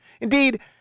Indeed